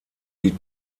die